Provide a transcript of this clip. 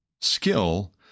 skill